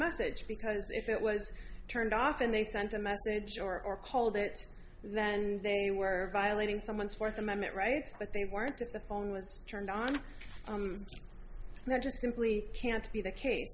message because if it was turned off and they sent a message or or called it then they were violating someone's fourth amendment rights but they weren't at the phone was turned on not just simply can't be